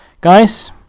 Guys